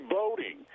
voting